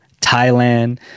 Thailand